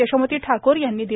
यशोमती ठाकूर यांनी दिले